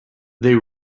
they